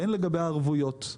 והן לגבי הערבויות.